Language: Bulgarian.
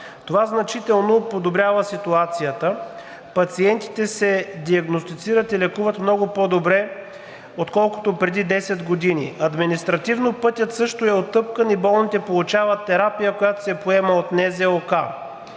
Това значително подобрява ситуацията. Пациентите се диагностицират и лекуват много по-добре, отколкото преди 10 години. Административно пътят също е утъпкан и болните получават терапия, която се поема от НЗОК.